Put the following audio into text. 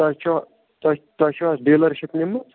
تۄہہِ چھےٚ تۄہہِ تۄہہِ چھُو حظ ڈیٖلَرشِپ نِمٕژ